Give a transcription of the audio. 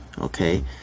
okay